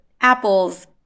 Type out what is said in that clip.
apples